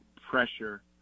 pressure